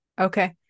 Okay